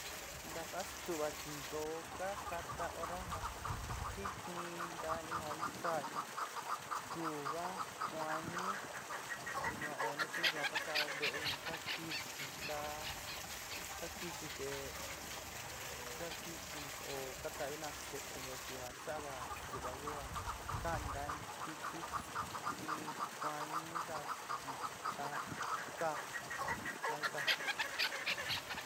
Tava stuvaáti ntó ka jatá hora ja jitni nta in ja in kaá ni chikuúva, tikuañí, yuan ó ó nu tu yuan ka sa'a ve'é nu ka kixi ka ka kixi te ka kixi ó kata'avina se'é chi a saaga stuva ku a kanta'ain kɨtɨ stin tikuañi saa jik saa jiká suan jika.